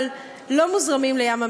אבל הם לא מוזרמים לים-המלח.